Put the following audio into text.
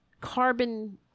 carbon